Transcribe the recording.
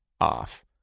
off